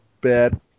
bad